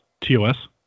TOS